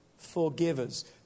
forgivers